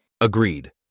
Agreed